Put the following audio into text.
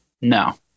No